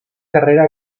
carrera